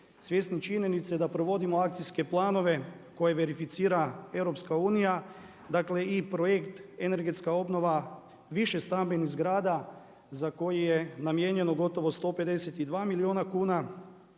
svjesni činjenice da provodimo akcijske planove koje verificira EU dakle i projekt energetska obnova više stambenih zgrada za koje je namijenjeno gotovo 152 milijuna kuna.